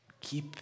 keep